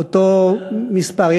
אותו מספר.